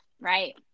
Right